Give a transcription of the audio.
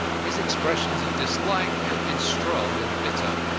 his expressions of dislike had been strong and bitter.